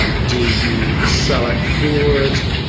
ah do you sell it forward?